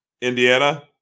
Indiana